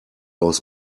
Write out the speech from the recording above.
aus